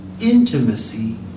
intimacy